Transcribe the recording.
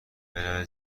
بروید